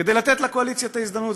כדי לתת לקואליציה את ההזדמנות,